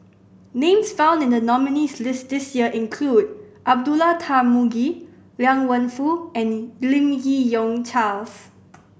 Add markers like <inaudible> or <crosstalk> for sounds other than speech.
names found in the nominees' list this year include Abdullah Tarmugi Liang Wenfu and Lim Yi Yong Charles <noise>